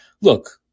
look